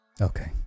Okay